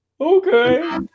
Okay